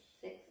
six